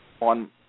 on